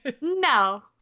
no